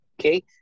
Okay